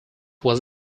was